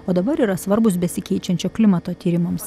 o dabar yra svarbūs besikeičiančio klimato tyrimams